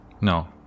No